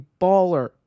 baller